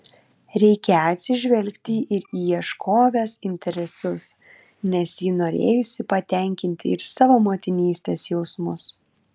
reikią atsižvelgti ir į ieškovės interesus nes ji norėjusi patenkinti ir savo motinystės jausmus